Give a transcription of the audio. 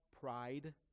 pride